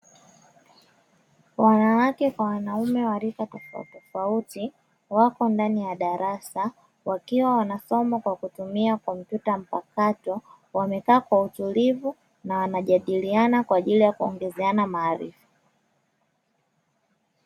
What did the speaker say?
Wanawake kwa wanaume wa rika tofauti tofauti wako ndani ya darasa wakiwa wanasoma kwa kutumia kompyuta mpakato, wamekaa kwa utulivu na wanajadiliana kwa ajili ya kuongezeana maarifa.